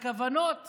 הכוונות